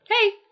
Hey